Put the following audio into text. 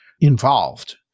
involved